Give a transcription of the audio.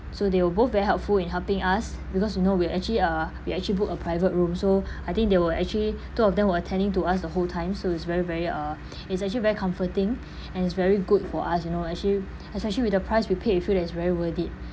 so they were both very helpful in helping us because you know we're actually uh we actually book a private room so I think they were actually two of them were attending to us the whole time so it's very very uh is actually very comforting and it's very good for us you know actually especially with the price we pay we feel that is very worth it